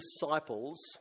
disciples